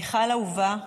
מיכל אהובה,